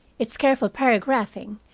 its careful paragraphing,